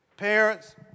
Parents